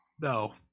No